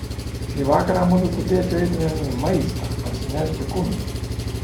šį vakarą mudu su tėčiu eitumėm į maistą parsinešti kumpio